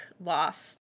lost